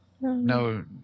No